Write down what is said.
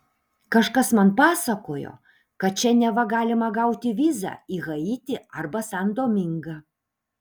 kažkas man pasakojo kad čia neva galima gauti vizą į haitį arba san domingą